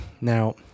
Now